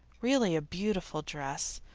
really a beautiful dress,